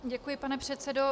Děkuji, pane předsedo.